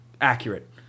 accurate